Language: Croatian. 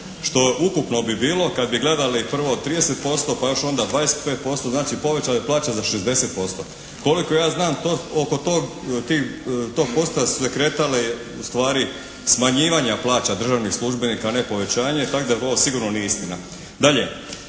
što ukupno bi bilo kad bi gledali prvo 30%, pa još onda 25%. Znači povećana je plaća za 60%. Koliko ja znam oko tog postotka su se kretale u stvari smanjivanja plaća državnih službenika, a ne povećanje, tako da ovo sigurno nije istina.